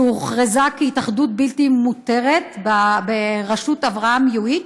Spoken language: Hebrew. שהוכרזה כהתאחדות בלתי מותרת, בראשות אברהם יואיט,